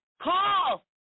call